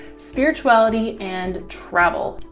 spirituality, and travel.